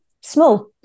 Small